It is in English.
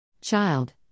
child